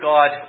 God